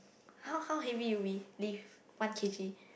how how heavy you we~ lift one K_G